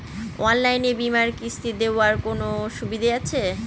অনলাইনে বীমার কিস্তি দেওয়ার কোন সুবিধে আছে?